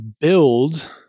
build